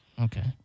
Okay